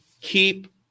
keep